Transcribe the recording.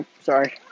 Sorry